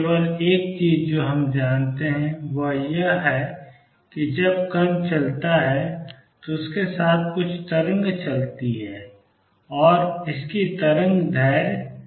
केवल एक चीज जो हम जानते हैं वह यह है कि जब कण चलता है तो उसके साथ कुछ तरंग चलती है और इसकी तरंगदैर्ध्य hp होती है